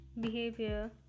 behavior